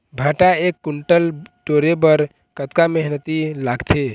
भांटा एक कुन्टल टोरे बर कतका मेहनती लागथे?